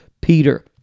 Peter